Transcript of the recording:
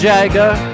Jagger